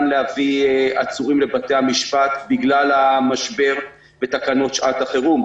להביא עצורים לבתי המשפט בגלל המשבר ותקנות שעת החירום.